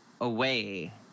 away